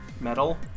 metal